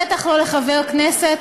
בטח לא לחבר כנסת,